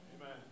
Amen